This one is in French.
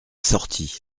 sortit